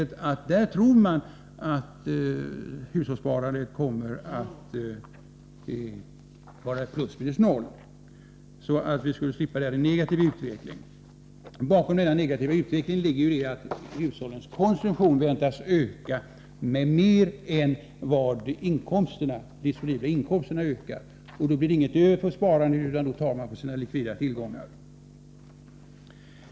Inom finansdepartementet tror man att hushållssparandet kommer att vara plus minus noll, så att vi skulle slippa denna negativa utveckling. Bakom den negativa utvecklingen ligger ju att hushållens konsumtion väntas öka med mer än vad de disponibla inkomsterna ökar. Då blir det inget över för sparande, utan man tar av sina likvida tillgångar.